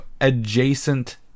adjacent